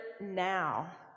now